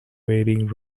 waiting